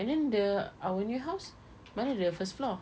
and then the our new house mana ada first floor